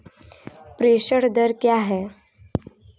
प्रेषण दर क्या है?